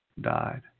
died